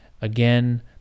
Again